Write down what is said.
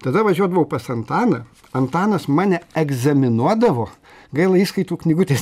tada važiuodavau pas antaną antanas mane egzaminuodavo gaila įskaitų knygutės